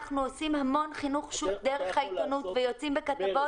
אנחנו עושים המון חינוך דרך העיתונות ויוצאים בכתבות.